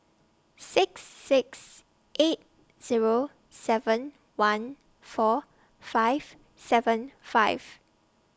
six six eight Zero seven one four five seven five